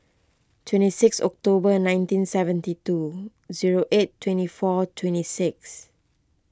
twenty six October nineteen seventy two zero eight twenty four twenty six